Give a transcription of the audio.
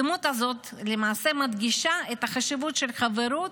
הדמות הזו למעשה מדגישה את החשיבות של חברות,